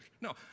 No